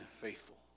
faithful